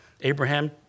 Abraham